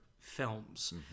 films